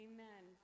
Amen